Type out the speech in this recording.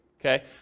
okay